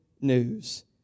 news